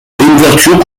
réouverture